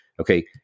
Okay